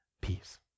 peace